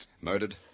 Murdered